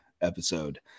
episode